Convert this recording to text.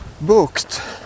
booked